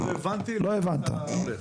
לא הבנתי לאן אתה הולך.